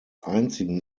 einzigen